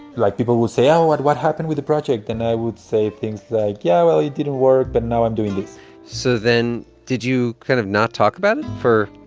like, people will say, oh, what what happened with the project? then i would say things like, yeah, well, it didn't work. but now i'm doing this so then did you kind of not talk about it for.